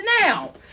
now